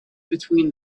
between